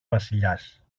βασιλιάς